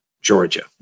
Georgia